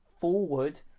forward